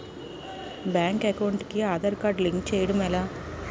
Bank account కి Aadhaar card link చేయడం ఎలా?